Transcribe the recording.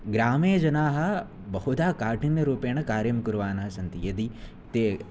ग्रामे जनाः बहुधा काठिन्यरूपेण कार्यं कुर्वाणाः सन्ति यदि ते